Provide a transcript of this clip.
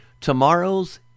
tomorrow's